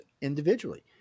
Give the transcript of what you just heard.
individually